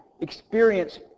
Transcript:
experience